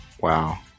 Wow